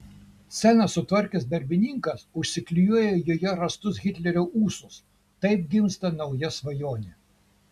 sceną sutvarkęs darbininkas užsiklijuoja joje rastus hitlerio ūsus taip gimsta nauja svajonė